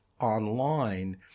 online